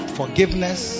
forgiveness